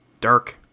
Dirk